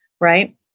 right